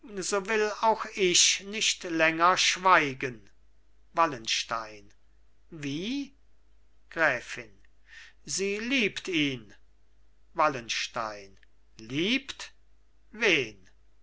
auch ich nicht länger schweigen wallenstein wie gräfin sie liebt ihn wallenstein liebt wen